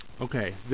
Okay